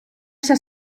вся